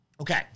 Okay